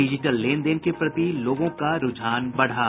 digital लेन देन के प्रति लोगों का रूझान बढ़ा